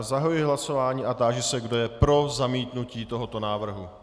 Zahajuji hlasování a táži se, kdo je pro zamítnutí tohoto návrhu.